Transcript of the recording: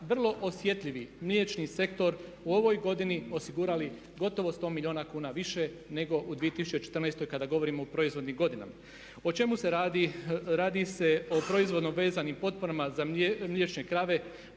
vrlo osjetljivi mliječni sektor u ovoj godini osigurali gotovo 100 milijuna kuna više nego u 2014. kada govorimo o proizvodnim godinama. O čemu se radi? Radi se o proizvodno vezanim potporama za mliječne krave